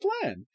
plan